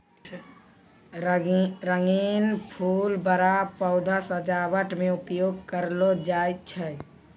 रंगीन फूल बड़ा पौधा सजावट मे उपयोग करलो जाय छै